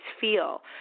feel